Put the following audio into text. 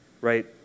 right